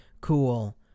cool